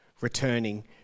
returning